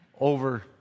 over